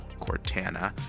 Cortana